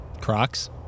Crocs